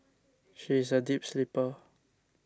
she is a deep sleeper